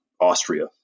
Austria